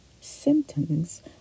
symptoms